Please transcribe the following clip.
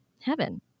heaven